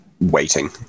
waiting